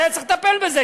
שהיה צריך לטפל בזה,